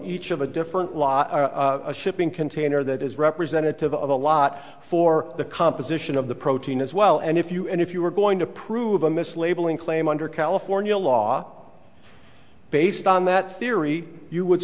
each of a different law a shipping container that is representative of a lot for the composition of the protein as well and if you and if you were going to prove a mislabeling claim under california law based on that theory you would